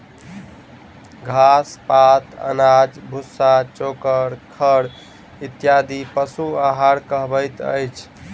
घास, पात, अनाज, भुस्सा, चोकर, खड़ इत्यादि पशु आहार कहबैत अछि